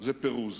זה פירוז.